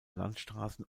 landstraßen